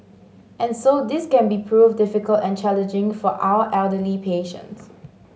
and so this can be prove difficult and challenging for our elderly patients